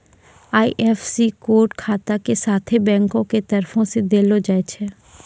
IFSC code खाता के साथे बैंको के तरफो से देलो जाय छै